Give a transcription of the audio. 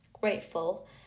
grateful